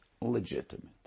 legitimate